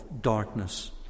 darkness